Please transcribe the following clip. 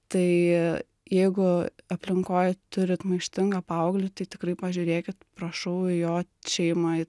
tai jeigu aplinkoj turit maištingą paauglį tai tikrai pažiūrėkit prašau į jo šeimą